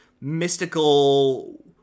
mystical